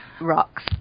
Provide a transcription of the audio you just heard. Rocks